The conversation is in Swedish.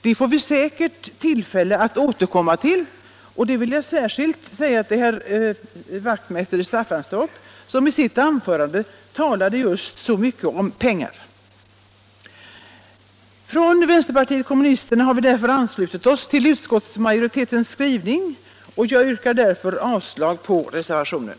Den får vi säkerligen tillfälle att återkomma till — det vill jag säga till herr Wachtmeister i Staffanstorp, som i sitt anförande talade så mycket om pengar. Från vänsterpartiet kommunisterna har vi alltså anslutit oss till utskottsmajoritetens skrivning, och jag yrkar därför avslag på reservationen.